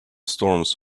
storms